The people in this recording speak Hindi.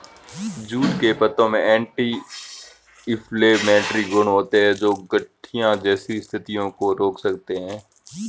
जूट के पत्तों में एंटी इंफ्लेमेटरी गुण होते हैं, जो गठिया जैसी स्थितियों को रोक सकते हैं